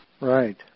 Right